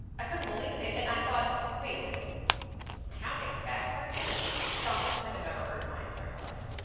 i couldn't believe it and i thought, wait a minute counting backwards that is the dumbest thing i've ever heard in my entire life.